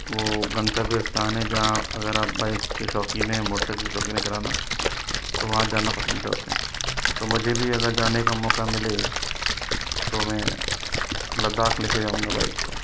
वह गंतव्य स्थान है जहाँ अगर आप बाइक के शौकीन है मोटरसाईकल के शौकीन हैं चलाना तो वहाँ जाना पसंद करते हैं तो मुझे भी अगर जाने का मौका मिले तो मैं लद्दाख लेकर जाउंगा बाइक को